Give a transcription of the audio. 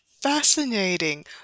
Fascinating